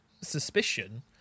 suspicion